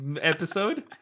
episode